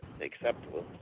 acceptable